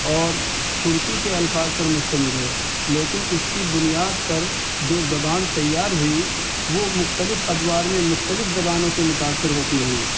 اور ترکی کے الفاظ پر مشتمل ہے لیکن اس کی بنیاد پر جو زبان تیار ہوئی وہ مختلف ادوار میں مختلف زبانوں سے متأثر ہوتی رہی